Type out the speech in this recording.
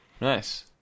Nice